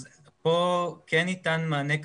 פה כן ניתן מענה.